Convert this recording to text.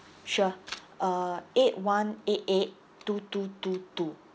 sure uh eight one eight eight two two two two